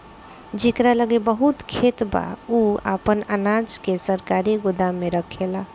जेकरा लगे बहुत खेत बा उ आपन अनाज के सरकारी गोदाम में रखेला